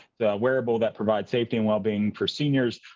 the wearable that provides safety and well-being for seniors,